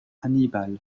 hannibal